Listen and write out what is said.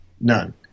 none